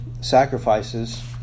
sacrifices